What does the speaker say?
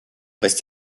restent